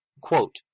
quote